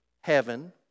heaven